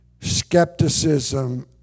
Skepticism